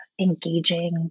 engaging